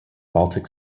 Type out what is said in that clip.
baltic